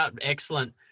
excellent